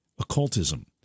occultism